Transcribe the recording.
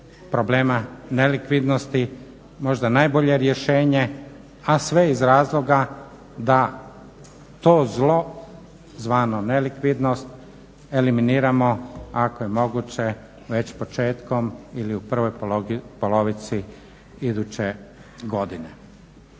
problema nelikvidnosti možda najbolje rješenje, a sve iz razloga da to zlo zvano nelikvidnost eliminiramo ako je moguće već početkom ili u prvoj polovici iduće godine.